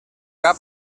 cap